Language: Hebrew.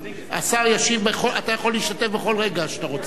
השר ישיב, אתה יכול להשתתף בכל רגע שאתה רוצה.